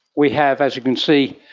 we have, as you can see,